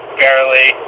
barely